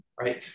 right